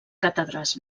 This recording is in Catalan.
càtedres